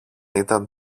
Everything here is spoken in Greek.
ήταν